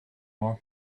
more